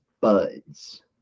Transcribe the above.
buds